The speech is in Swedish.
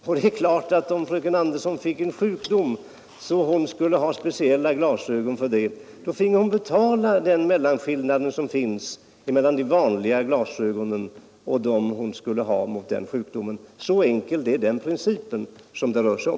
Om fröken Andersson fick en sjukdom så att hon skulle ha speciella glasögon, fick hon givetvis betala prisskillnaden mellan vanliga glasögon och dem hon skulle ha mot sjukdomen. Så enkel är den princip det rör sig om.